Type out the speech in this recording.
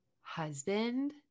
husband